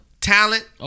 talent